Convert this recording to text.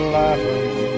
laughing